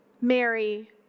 Mary